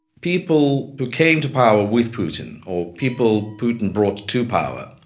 people who came to power with putin or people putin brought to power,